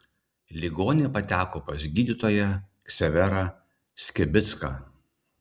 ligonė pateko pas gydytoją ksaverą skibicką